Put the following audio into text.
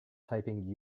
typing